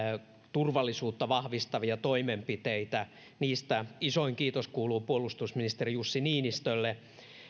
turvallisuutta vahvistavia toimenpiteitä niistä isoin kiitos kuuluu puolustusministeri jussi niinistölle